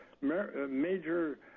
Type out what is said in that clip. major